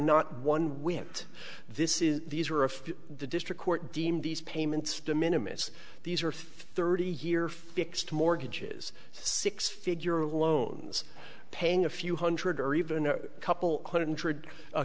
not one whit this is these are a few the district court deemed these payments de minimus these are thirty year fixed mortgages six figure loans paying a few hundred or even a couple hundred a